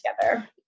together